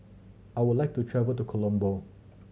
I would like to travel to Colombo